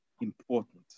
important